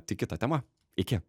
tik kita tema iki